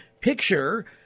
picture